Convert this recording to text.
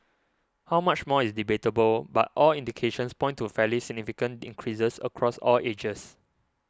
how much more is debatable but all indications point to fairly significant increases across all ages